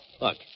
Look